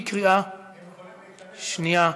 הם יכולים להיכנס?